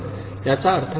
याचा अर्थ काय